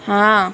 હા